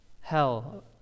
hell